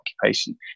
occupation